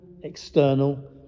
external